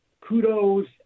kudos